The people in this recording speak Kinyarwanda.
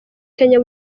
kenya